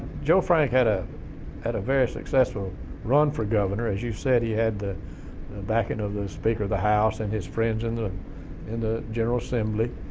joe frank had a had a very successful run for governor. as you said he had the backing of the speaker of the house and his friends in the in the general assembly,